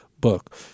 book